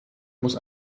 muss